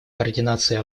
координации